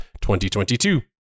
2022